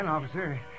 officer